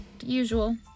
usual